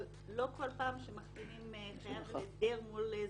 אבל לא כל פעם שמחתימים חייב על הסדר מול זוכה,